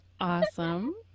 Awesome